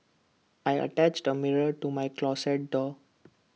I attached A mirror to my closet door